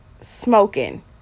smoking